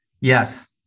yes